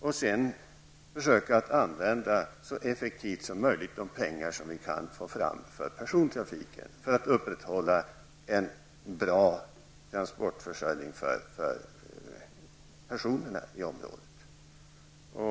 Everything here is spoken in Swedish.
Sedan vill vi försöka att så effektivt som möjligt att använda de pengar vi kan för persontrafiken för att upprätthålla en bra transportförsörjning för människorna i området.